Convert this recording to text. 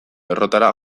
errotara